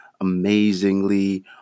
amazingly